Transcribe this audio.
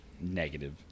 Negative